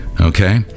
Okay